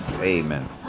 Amen